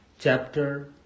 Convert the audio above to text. Chapter